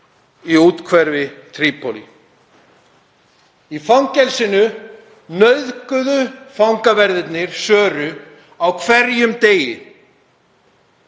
í úthverfi Trípólí. Í fangelsinu nauðguðu fangaverðirnir Söru á hverjum degi,